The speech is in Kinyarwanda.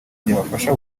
byabafasha